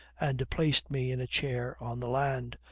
and placed me in a chair on the land,